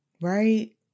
right